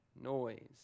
noise